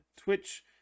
twitch